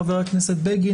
חבר הכנסת בגין,